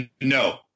No